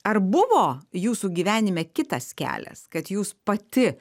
ar buvo jūsų gyvenime kitas kelias kad jūs pati